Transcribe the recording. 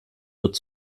wird